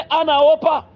anaopa